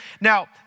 Now